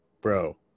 bro